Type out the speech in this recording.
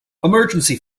emergency